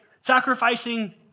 Sacrificing